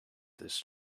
this